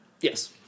Yes